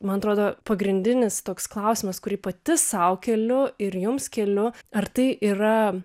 man atrodo pagrindinis toks klausimas kurį pati sau keliu ir jums keliu ar tai yra